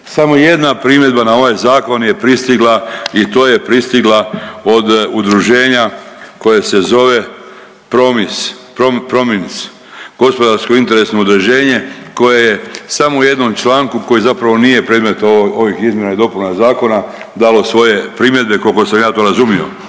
Samo jedna primjedba na ovaj zakon je pristigla i to je pristigla od udruženja koje se zove Promis, Promins gospodarsko-interesno udruženje koje je samo u jednom članku koji zapravo nije predmet ovih izmjena i dopuna zakona dalo svoje primjedbe koliko sam ja to razumio.